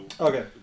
okay